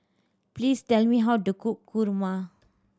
please tell me how to cook kurma